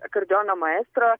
akordeono maestro